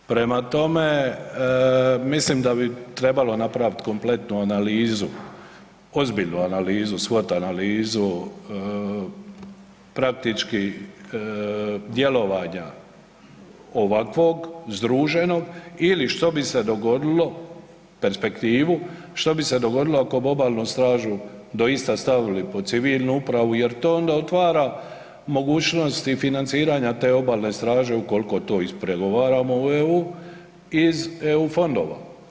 Prema tome, mislim da bi trebalo napravit kompletnu analizu, ozbiljnu analizu, svot analizu, praktički djelovanja ovakvog združenog ili što bi se dogodilo, perspektivu, što bi se dogodili ako bi obalnu stražu doista stavili pod civilnu upravu jer to onda otvara mogućnost i financiranja te obalne straže ukoliko to ispregovaramo u EU, iz EU fondova.